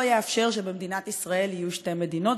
יאפשר שבמדינת ישראל יהיו שתי מדינות,